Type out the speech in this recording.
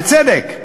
בצדק,